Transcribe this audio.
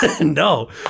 no